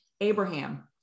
Abraham